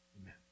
Amen